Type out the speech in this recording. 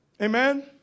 Amen